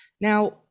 Now